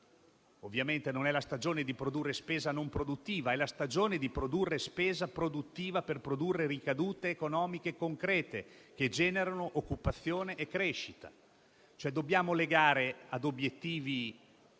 ovviamente la stagione per produrre spesa non produttiva, ma la stagione di una spesa produttiva per produrre ricadute economiche concrete che generino occupazione e crescita. Dobbiamo legarla quindi ad obiettivi concreti